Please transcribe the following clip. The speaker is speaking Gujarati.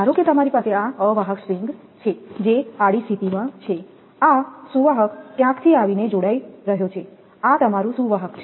ધારો કે તમારી પાસે આ અવાહક સ્ટ્રિંગ છે જે આડી સ્થિતિમાં છે આ સુવાહક ક્યાંકથી આવીને જોડાઈ થઈ રહ્યો છે આ તમારું સુવાહક છે